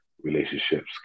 relationships